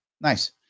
Nice